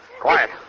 Quiet